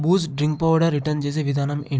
బూస్ drink powder return చేసే విధానం ఏంటి